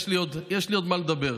יש לי עוד מה לדבר,